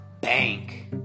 bank